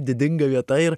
didinga vieta ir